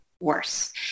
worse